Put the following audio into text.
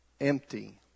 empty